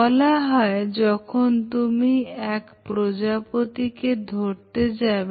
বলা হয় যখন তুমি এ ক প্রজাপতি কে ধরতে যাবে